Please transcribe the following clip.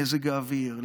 למזג האוויר,